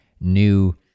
new